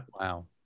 Wow